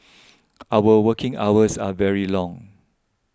our working hours are very long